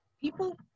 People